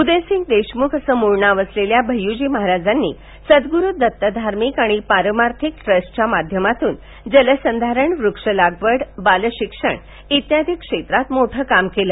उदयसिंग देशम्ख असं मूळ नाव असलेल्या भय्यूजी महाराजांनी सद्ग्रू दत धार्मिक आणि पारमार्थिक ट्रस्टच्या माध्यमातून जलसंधारण वृक्ष लागवड बालशिक्षण इत्यादी क्षेत्रात मोठ काम केलं